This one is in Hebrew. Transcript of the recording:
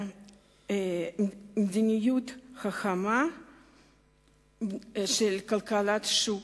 מדיניות חכמה של כלכלת שוק,